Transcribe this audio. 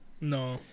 no